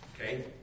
Okay